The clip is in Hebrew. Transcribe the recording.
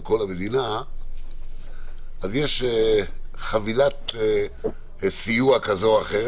כל המדינה אז יש חבילת סיוע כזו או אחרת,